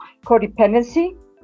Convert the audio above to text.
codependency